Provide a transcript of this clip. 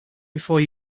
before